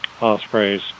ospreys